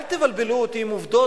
אל תבלבלו אותי עם עובדות,